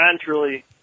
truly